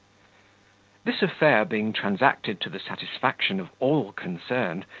this affair being transacted to the satisfaction of all concerned,